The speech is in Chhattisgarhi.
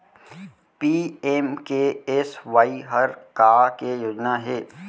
पी.एम.के.एस.वाई हर का के योजना हे?